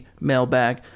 mailbag